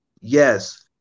yes